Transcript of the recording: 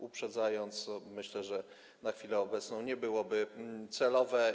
Uprzedzając, myślę, że na chwilę obecną nie byłoby to celowe.